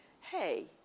hey